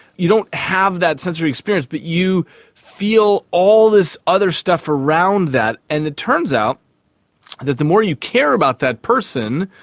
you don't have that sensory experience but you feel all this other stuff around that. and it turns out that the more you care about that person,